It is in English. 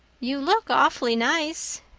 you look awfully nice,